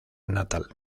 natal